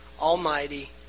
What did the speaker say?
almighty